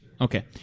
okay